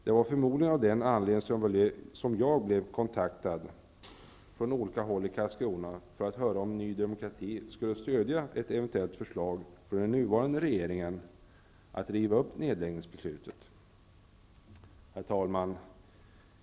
Det var förmodligen av den anledningen som jag blev kontaktad från olika håll i Karlskrona för att höra om Ny demokrati skulle stödja ett eventuellt förslag från den nuvarande regeringen att riva upp nedläggningsbeslutet. Herr talman!